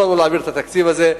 אסור לנו להעביר את התקציב הזה.